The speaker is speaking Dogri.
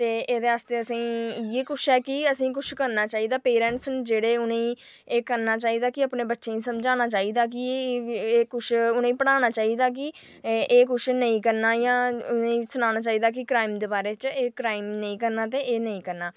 एह्दे आस्तै असेंगी इयै किश ऐ कि असेंगी किश करना चाहिदा कि पेरेंट्स न जेह्ड़े एह् करना चाहिदा कि अपने बच्चें ई समझाना चाहिदा कि एह् कुछ बनाना चाहिदा कि एह् कुछ नेईं करना इंया बच्चें गी सनाना चाहिदा जी क्राईम दे बारै च एह् क्राईम नेई करना ते एह् नेईंं करना